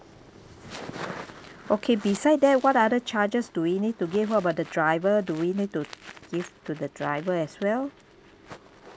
okay beside that what other charges do we need to give what about the driver do we need to give to the driver as well